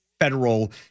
federal